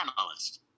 analyst